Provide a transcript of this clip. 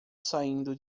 saindo